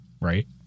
Right